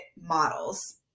models